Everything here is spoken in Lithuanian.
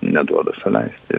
neduoda suleisti